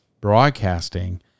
Broadcasting